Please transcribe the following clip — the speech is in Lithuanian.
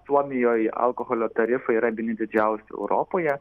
suomijoj alkoholio tarifai yra vieni didžiausių europoje